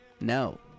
No